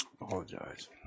Apologize